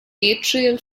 atrial